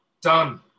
done